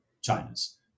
China's